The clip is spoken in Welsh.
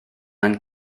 ein